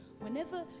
Whenever